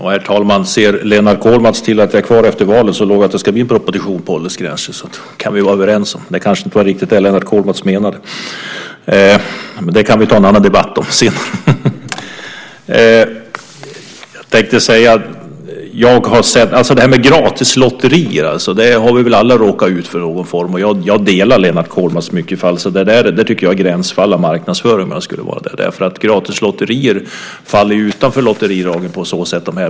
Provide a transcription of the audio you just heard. Herr talman! Ser Lennart Kollmats till att jag är kvar efter valet så lovar jag att det ska bli proposition om åldergränser. Det kan vi vara överens om. Det kanske inte var riktigt det Lennart Kollmats menade. Det kan vi ta en annan debatt om sedan. Jag tänkte säga att det här med gratislotterier har vi väl alla råkat ut för i någon form. Jag delar Lennart Kollmats syn. Jag tycker att det är ett gränsfall i fråga om marknadsföring. Gratislotterier faller ju utanför lotterilagen.